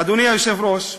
אדוני היושב-ראש,